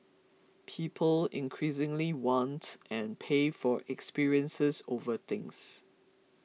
people increasingly want and pay for experiences over things